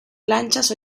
planchas